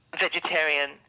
vegetarian